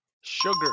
Sugar